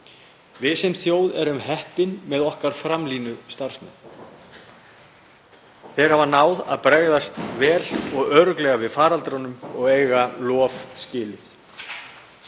Við sem þjóð erum heppin með okkar framlínustarfsmenn. Þeir hafa náð að bregðast vel og örugglega við faraldrinum og eiga lof skilið.